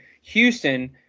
Houston